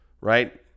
right